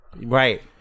Right